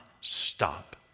stop